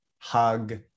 hug